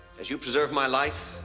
as you preserve my life,